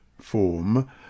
form